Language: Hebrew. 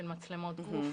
מצלמות גוף.